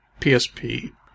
PSP